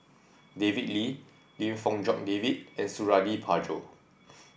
David Lee Lim Fong Jock David and Suradi Parjo